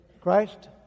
Christ